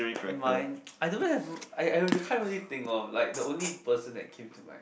mine I don't really have I I can't really think of like the only person that came to my